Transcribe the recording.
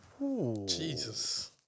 Jesus